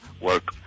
work